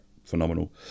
phenomenal